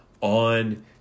on